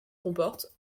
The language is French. comporte